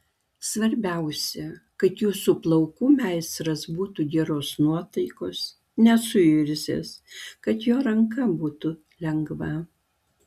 svarbiausia kad jūsų plaukų meistras būtų geros nuotaikos nesuirzęs kad jo ranka būtų lengva